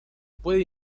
puede